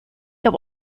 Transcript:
that